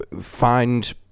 find